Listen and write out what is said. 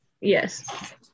yes